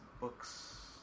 books